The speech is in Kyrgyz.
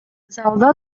залда